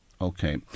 Okay